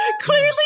Clearly